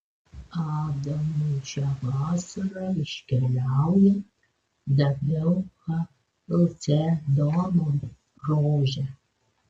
adamui šią vasarą iškeliaujant daviau chalcedono rožę